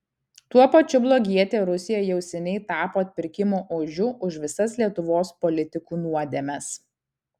tuo pačiu blogietė rusija jau seniai tapo atpirkimo ožiu už visas lietuvos politikų nuodėmes